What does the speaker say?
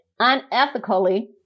unethically